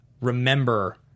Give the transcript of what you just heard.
remember